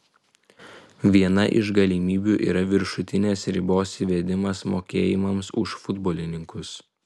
viena iš galimybių yra viršutinės ribos įvedimas mokėjimams už futbolininkus